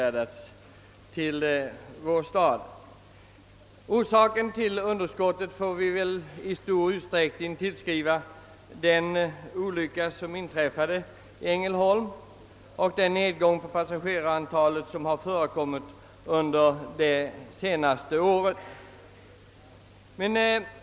Orsaken till underskottet på Ängelholms och Halmstads flygfält får väl i stor utsträckning sökas i den olycka som inträffade i Ängelholm och som haft till följd att passagerarantalet har sjunkit under det senaste året.